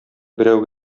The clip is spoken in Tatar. берәү